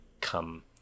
come